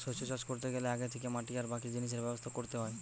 শস্য চাষ কোরতে গ্যালে আগে থিকে মাটি আর বাকি জিনিসের ব্যবস্থা কোরতে হয়